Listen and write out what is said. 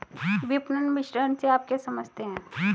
विपणन मिश्रण से आप क्या समझते हैं?